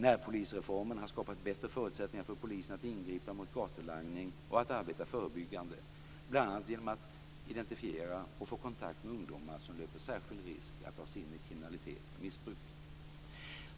Närpolisreformen har skapat bättre förutsättningar för polisen att gripa in mot gatulangning och arbeta förebyggande, bl.a. genom att identifiera och få kontakt med ungdomar som löper särskild risk att dras in i kriminalitet och missbruk.